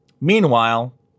Meanwhile